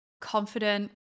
confident